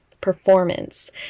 performance